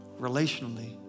relationally